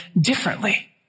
differently